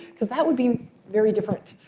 because that would be very different.